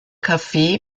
kaffee